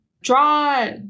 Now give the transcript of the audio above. draw